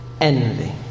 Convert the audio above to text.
Envy